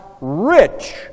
rich